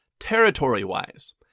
Territory-wise